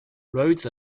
roads